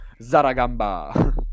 Zaragamba